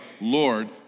Lord